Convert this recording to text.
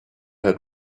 had